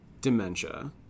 dementia